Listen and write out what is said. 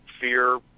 fear